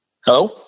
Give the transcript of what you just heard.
Hello